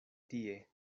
tie